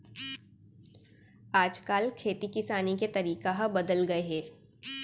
आज काल खेती किसानी के तरीका ह बदल गए हे